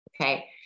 Okay